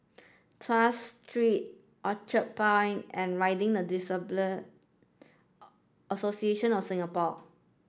Tuas Street Orchard Point and Riding for the Disabled Association of Singapore